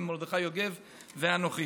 מרדכי יוגב ואנוכי.